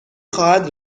خواهد